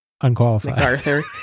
Unqualified